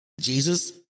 Jesus